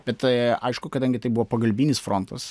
bet tai aišku kadangi tai buvo pagalbinis frontas